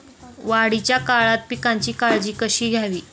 वाढीच्या काळात पिकांची काळजी कशी घ्यावी?